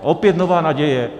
Opět nová naděje.